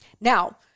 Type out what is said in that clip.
Now